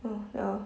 oh ya